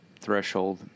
threshold